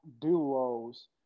duos